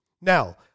Now